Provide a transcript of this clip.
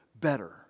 better